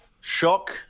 Shock